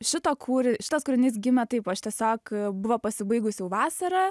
šitą kūr šitas kūrinys gimė taip aš tiesiog buvo pasibaigus jau vasara